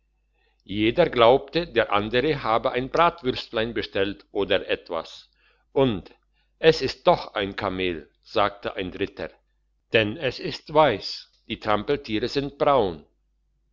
jeder glaubte der andere habe ein bratwürstlein bestellt oder etwas und es ist doch ein kamel sagte ein dritter denn es ist weiss die trampeltiere sind braun